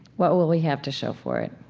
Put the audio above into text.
what will we have to show for it?